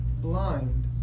blind